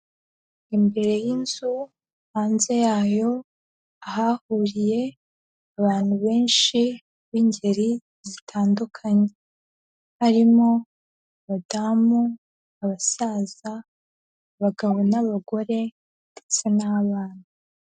Imbere y'inzu hanze yayo ahahuriye abantu benshi b'ingeri zitandukanye, harimo abadamu, abasaza, abagabo n'abagore ndetse n'abana.